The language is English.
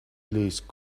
please